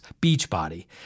Beachbody